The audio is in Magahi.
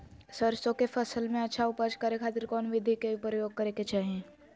सरसों के फसल में अच्छा उपज करे खातिर कौन विधि के प्रयोग करे के चाही?